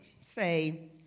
say